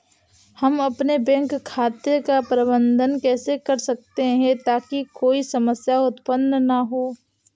हम अपने बैंक खाते का प्रबंधन कैसे कर सकते हैं ताकि कोई समस्या उत्पन्न न हो?